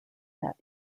that